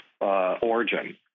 origin